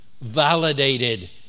validated